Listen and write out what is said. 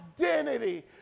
identity